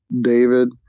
David